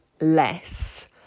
less